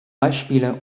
beispiele